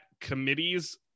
committee's